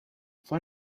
fue